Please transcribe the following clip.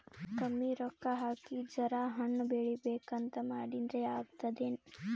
ಕಮ್ಮಿ ರೊಕ್ಕ ಹಾಕಿ ಜರಾ ಹಣ್ ಬೆಳಿಬೇಕಂತ ಮಾಡಿನ್ರಿ, ಆಗ್ತದೇನ?